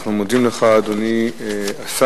אנחנו מודים לך, אדוני השר.